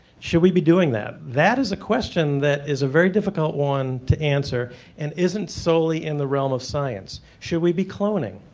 should we be doing that, that is a question that is a very difficult one to answer and isn't solely in the realm of science. should we be cloning,